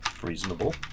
reasonable